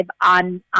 on